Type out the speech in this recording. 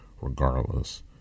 regardless